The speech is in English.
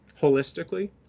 holistically